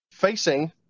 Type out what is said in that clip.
facing